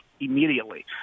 immediately